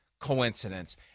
coincidence